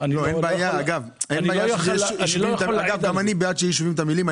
גם אני בעד שיהיו יישובים עם תמהילים.